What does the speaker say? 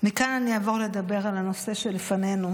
מכאן אני אעבור לדבר על הנושא שלפנינו,